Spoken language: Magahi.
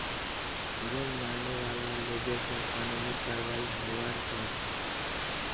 हिरन मारने वाला लोगेर पर कानूनी कारवाई होबार चाई